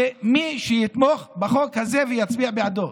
מי שיתמוך בחוק הזה ויצביע בעדו.